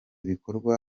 bikorwa